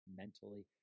mentally